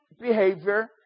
behavior